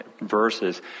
verses